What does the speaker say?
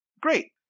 Great